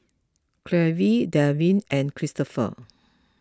Cleve Delvin and Cristopher